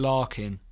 Larkin